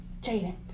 Jaden